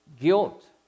guilt